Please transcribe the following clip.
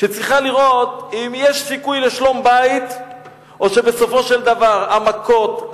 שצריכה לראות אם יש סיכוי לשלום-בית או שבסופו של דבר המכות,